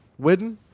Widden